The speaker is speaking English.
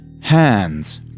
Hands